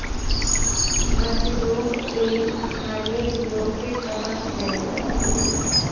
mushroom एक खाने योग्य कवक है